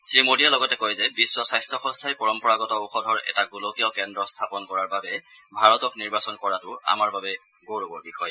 শ্ৰীমোদীয়ে লগতে কয় যে বিশ্ব স্বাস্থ্য সংস্থাই পৰম্পৰাগত ঔষধৰ এটা গোলকীয় কেন্দ্ৰ স্থাপন কৰাৰ বাবে ভাৰতক নিৰ্বাচন কৰাতো আমাৰ বাবে গৌৰৱৰ বিষয়